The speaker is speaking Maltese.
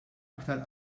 aktar